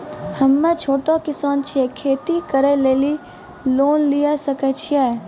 हम्मे छोटा किसान छियै, खेती करे लेली लोन लिये सकय छियै?